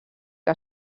que